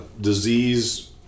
disease